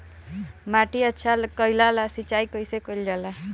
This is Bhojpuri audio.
माटी अच्छा कइला ला सिंचाई कइसे कइल जाला?